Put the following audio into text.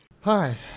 Hi